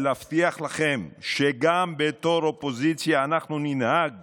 ולהבטיח לכם שגם בתור אופוזיציה אנחנו ננהג